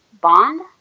bond